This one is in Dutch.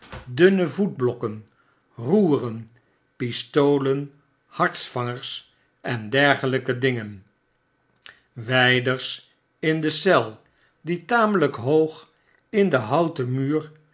dunne voetblokken roeren jpistolen hartsvangers en dergelpe dingen wijders in de eel die tamelp hoog in den houten